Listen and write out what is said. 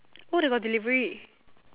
oh they got delivery